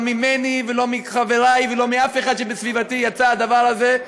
ממני ולא מחברי ולא מאף אחד בסביבתי יצא הדבר הזה.